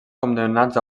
condemnats